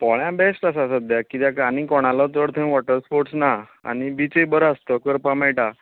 आं पोळ्या बेस्ट आसा सद्याक किद्याक काय आनी कोणालो चड थंय वॉटर स्पोर्टस ना आनी बिचूय बरो आसा तो करपाक मेळटा